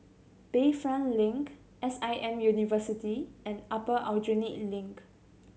Bayfront Link S I M University and Upper Aljunied Link